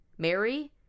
Mary